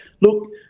Look